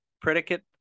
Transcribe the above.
predicate